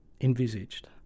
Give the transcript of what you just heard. envisaged